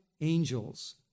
angels